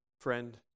Friend